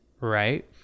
Right